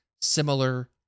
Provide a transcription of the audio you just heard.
similar